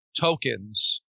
tokens